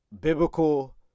Biblical